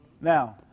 Now